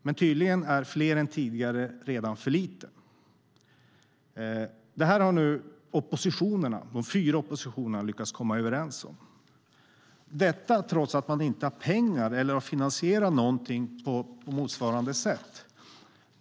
Men tydligen är fler än tidigare redan för lite. Det här har de fyra oppositionspartierna lyckats komma överens om, trots att man inte har finansierat någonting på motsvarande sätt.